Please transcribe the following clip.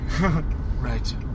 Right